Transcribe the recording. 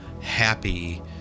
happy